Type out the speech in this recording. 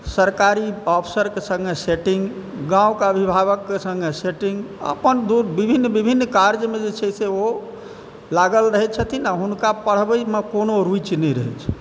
सरकारी ऑफिसरके सङ्गे सेटिङ्ग गाँवके अभिभावकके सङ्गे सेटिङ्ग आओर आप विभिन्न विभिन्न्न कार्यमे जे छै से ओ लागल रहै छथिन आओर हुनका पढ़बैमे कोनो रुचि नहि रहै छै